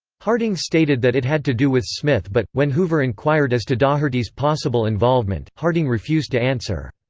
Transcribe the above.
harding stated that it had to do with smith but, when hoover enquired as to daugherty's possible involvement, harding refused to answer.